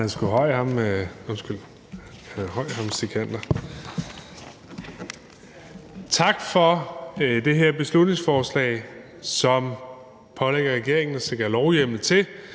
Tak for det her beslutningsforslag, som pålægger regeringen at sikre lovhjemmel til,